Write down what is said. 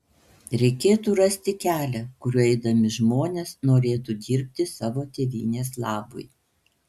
reikėtų rasti kelią kuriuo eidami žmonės norėtų dirbti savo tėvynės labui